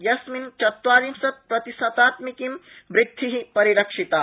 यस्मिन् चत्वारिंशत् प्रतिशतात्मिकी वृद्धि परिलक्षिता